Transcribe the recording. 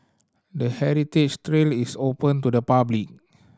the heritage trail is open to the public